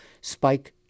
Spike